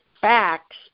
facts